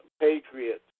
Patriots